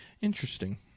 Interesting